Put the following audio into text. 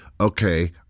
okay